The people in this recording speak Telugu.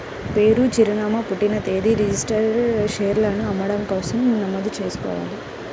పేరు, చిరునామా, పుట్టిన తేదీలతో రిజిస్టర్డ్ షేర్లను అమ్మడం కోసం నమోదు చేసుకోవాలి